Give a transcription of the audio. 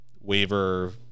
waiver